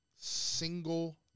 single